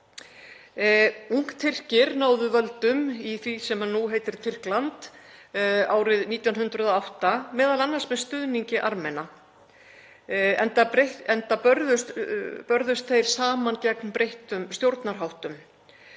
Ungtyrkir náðu völdum í því sem nú heitir Tyrkland árið 1908, m.a. með stuðningi Armena enda börðust þeir saman gegn breyttum stjórnarháttum.